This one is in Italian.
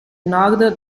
nord